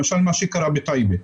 למשל מה שקרה בטייבה,